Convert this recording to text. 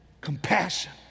compassion